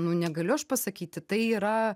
nu negaliu aš pasakyti tai yra